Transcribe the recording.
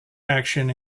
action